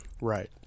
Right